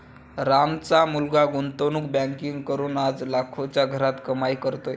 रामचा मुलगा गुंतवणूक बँकिंग करून आज लाखोंच्या घरात कमाई करतोय